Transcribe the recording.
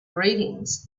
greetings